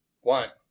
one